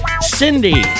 cindy